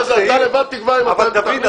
מה זה, היא לבד תקבע אם אתה תכניס או לא תכניס.